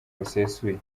busesuye